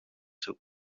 seu